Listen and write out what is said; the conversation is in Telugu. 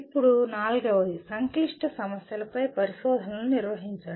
ఇప్పుడు నాల్గవది సంక్లిష్ట సమస్యలపై పరిశోధనలు నిర్వహించండి